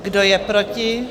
Kdo je proti?